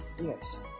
yes